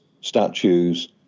statues